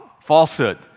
falsehood